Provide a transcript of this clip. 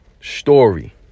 story